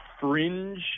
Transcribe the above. fringe